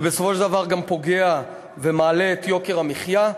ובסופו של דבר גם פוגע ומעלה את יוקר המחיה.